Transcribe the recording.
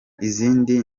izindi